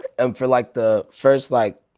ah um for like the first like